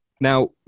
now